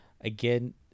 Again